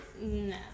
No